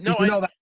no